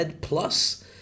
plus